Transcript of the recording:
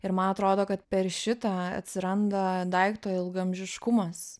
ir man atrodo kad per šitą atsiranda daikto ilgaamžiškumas